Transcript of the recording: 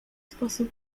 sposób